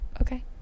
Okay